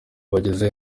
bageze